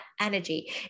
energy